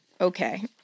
okay